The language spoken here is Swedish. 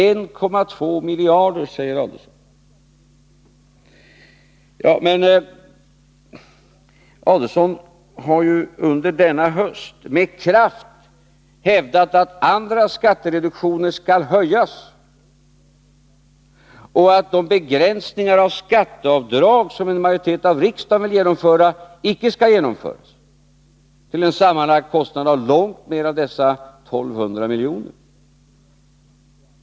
1,2 miljarder rör det sig om, säger Ulf Adelsohn. Men Ulf Adelsohn har ju under denna höst med kraft hävdat att andra skattereduktioner skall höjas och att de begränsningar av skatteavdragen som en majoritet av riksdagen vill genomföra icke bör genomföras. Det är en sammanlagd kostnad som är långt större än dessa 1 200 miljoner.